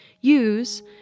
use